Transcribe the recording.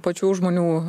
pačių žmonių